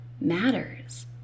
matters